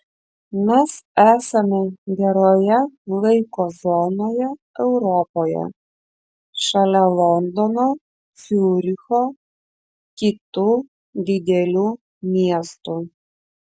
mes esame geroje laiko zonoje europoje šalia londono ciuricho kitų didelių miestų